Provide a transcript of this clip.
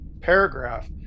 paragraph